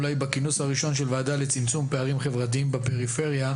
אולי בכינוס הראשון של הוועדה לצמצום פערים חברתיים בפריפריה,